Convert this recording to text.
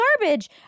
garbage